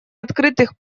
открытых